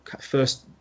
first